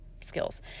skills